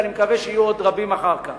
ואני מקווה שיהיו עוד רבים אחר כך.